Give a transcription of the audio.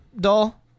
doll